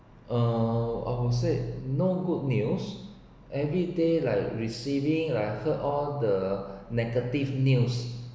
uh I would said no good news everyday like receiving I heard all the negative news